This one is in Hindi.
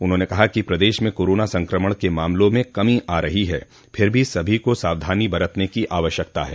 उन्होंने कहा कि प्रदेश में कोरोना संक्रमण के मामले में कमी आ रही है फिर भी सभी को सावधानी बरतने की आवश्यकता है